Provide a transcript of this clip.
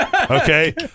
Okay